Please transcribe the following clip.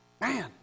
Man